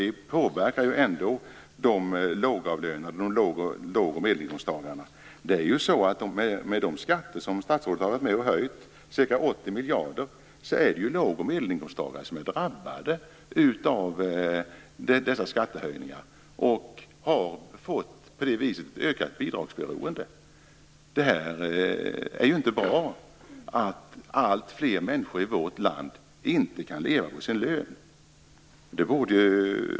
Det påverkar ju låg och medelinkomsttagarna, med de skatter som statsrådet har varit med om att höja, med ca 80 miljarder. Det är låg och medelinkomsttagarna som drabbas av dessa skattehöjningar och som därmed får ett ökat bidragsberoende. Det är inte bra att alltfler människor i vårt land inte kan leva på sin lön.